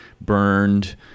burned